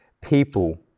people